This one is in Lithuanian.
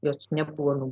jos nebuvo